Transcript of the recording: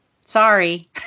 sorry